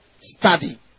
Study